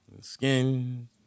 skin